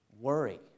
worry